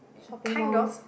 kind of